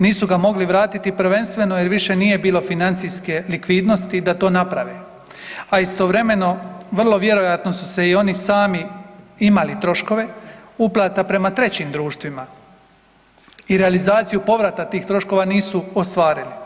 Nisu ga mogli vratiti prvenstveno jer više nije bilo financijske likvidnosti da to naprave, a istovremeno vrlo vjerojatno su se i oni sami imali troškove uplata prema trećim društvima i realizaciju povrata tih troškova nisu ostvarili.